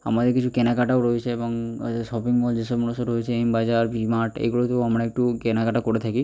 আমাদের কিছু কেনাকাটাও রয়েছে এবং শপিং মল যে সমস্ত রয়েছে এম বাজার ভি মার্ট এইগুলোতেও আমরা একটু কেনাকাটা করে থাকি